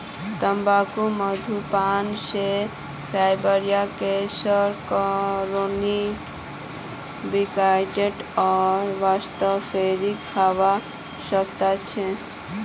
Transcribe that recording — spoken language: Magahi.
तंबाकू धूम्रपान से फेफड़ार कैंसर क्रोनिक ब्रोंकाइटिस आर वातस्फीति हवा सकती छे